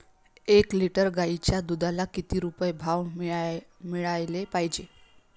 एक लिटर गाईच्या दुधाला किती रुपये भाव मिळायले पाहिजे?